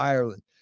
Ireland